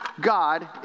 God